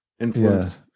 influence